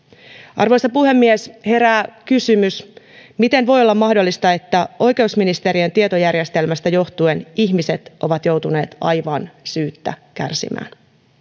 arvoisa puhemies herää kysymys miten voi olla mahdollista että oikeusministeriön tietojärjestelmästä johtuen ihmiset ovat joutuneet aivan syyttä kärsimään